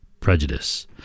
prejudice